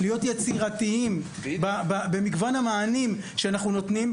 להיות יצירתיים במגוון המענים שאנחנו נותנים,